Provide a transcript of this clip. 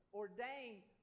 ordained